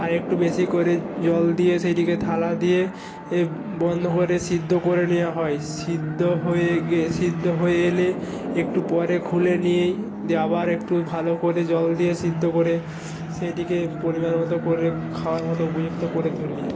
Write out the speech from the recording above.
আরেকটু বেশি করে জল দিয়ে সেইটিকে থালা দিয়ে এ বন্ধ করে সিদ্ধ করে নেওয়া হয় সিদ্ধ হয়ে সিদ্ধ হয়ে এলে একটু পরে খুলে নিয়েই দিয়ে আবার একটু ভালো করে জল দিয়ে সিদ্ধ করে সেইটিকে পরিমাণ মতো করে খাওয়ার মতো উপযুক্ত করে তুলি